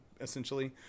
essentially